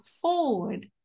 forward